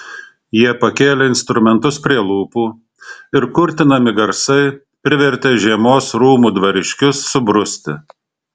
jie pakėlė instrumentus prie lūpų ir kurtinami garsai privertė žiemos rūmų dvariškius subruzti